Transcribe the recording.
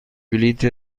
بلیط